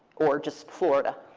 or just florida?